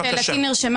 אבל שאלתי נרשמה?